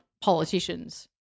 politicians